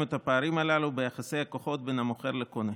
את הפערים הללו ביחסי הכוחות בין המוכר לקונה.